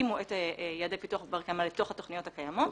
והתאימו את יעדי הפיתוח בר קיימא לתוך התוכניות הקיימות.